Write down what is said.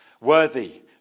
worthy